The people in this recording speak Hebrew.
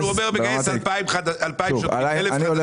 בדיוק.